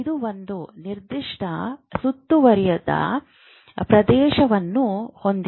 ಇದು ಒಂದು ನಿರ್ದಿಷ್ಟ ಸುತ್ತುವರಿದ ಪ್ರದೇಶವನ್ನು ಹೊಂದಿದೆ